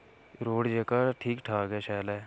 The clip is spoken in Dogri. रोड़ जेह्का ऐ ठीक ठाक ऐ शैल ऐ